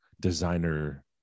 designer